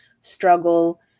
struggle